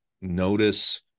notice